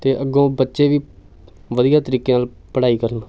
ਅਤੇ ਅੱਗੋਂ ਬੱਚੇ ਵੀ ਵਧੀਆ ਤਰੀਕੇ ਨਾਲ ਪੜ੍ਹਾਈ ਕਰਨ